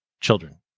children